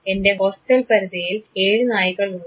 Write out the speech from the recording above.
എൻറെ ഹോസ്റ്റൽ പരിധിയിൽ ഏഴ് നായ്ക്കൾ ഉണ്ട്